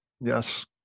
Yes